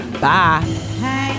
Bye